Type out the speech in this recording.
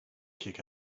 kick